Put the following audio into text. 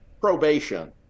probation